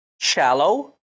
Shallow